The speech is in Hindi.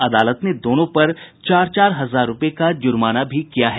अदालत ने दोनों पर चार चार हजार रुपये का जुर्माना भी किया है